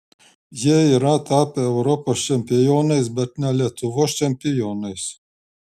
jie yra tapę europos čempionais bet ne lietuvos čempionais